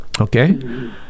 Okay